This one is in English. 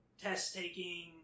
test-taking